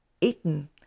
Eaten